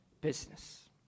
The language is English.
business